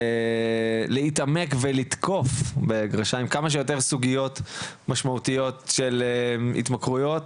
להתעמק ו"לתקוף" כמה שיותר סוגיות משמעותיות של התמכרויות